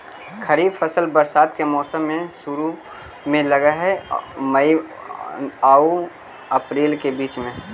खरीफ फसल बरसात के मौसम के शुरु में लग हे, मई आऊ अपरील के बीच में